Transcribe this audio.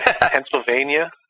Pennsylvania